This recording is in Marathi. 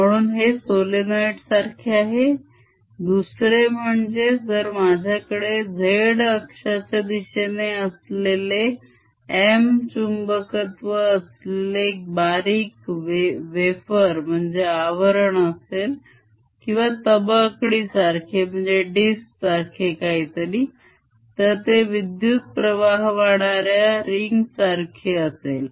म्हणून हे solenoid सारखे आहे दुसरे म्हणजे जर माझ्याकडे z अक्षाच्या दिशेने असलेले M चुंबकत्व असलेले एक बारीक waferआवरण असेल किंवा तबकडी सारखे काहीतरी तर ते विद्युत्प्रवाह वाहणाऱ्या रिंग सारखे असेल